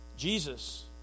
jesus